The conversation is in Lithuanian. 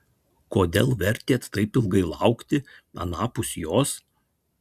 kodėl vertėt taip ilgai laukti anapus jos